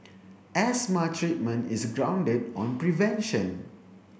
asthma treatment is grounded on prevention